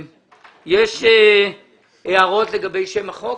יש הערות לגבי שם החוק?